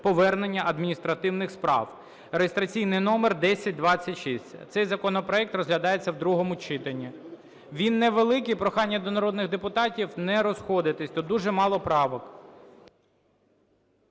повернення адміністративних справ (реєстраційний номер 1026). Цей законопроект розглядається в другому читанні. Він невеликий, прохання до народних депутатів не розходитися, тут дуже мало правок.